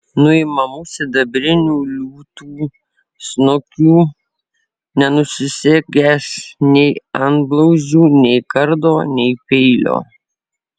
nuimamų sidabrinių liūtų snukių nenusisegęs nei antblauzdžių nei kardo nei peilio